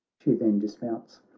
she then dismounts,